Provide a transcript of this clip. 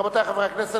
רבותי חברי הכנסת,